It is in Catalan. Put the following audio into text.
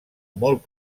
molt